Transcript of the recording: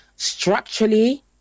structurally